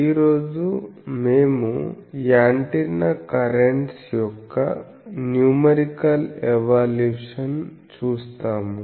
ఈ రోజు మేము యాంటెన్నా కరెంట్స్ యొక్క న్యూమరికల్ ఎవల్యూషన్ చూస్తాము